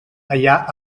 allà